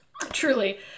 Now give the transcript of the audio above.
Truly